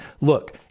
Look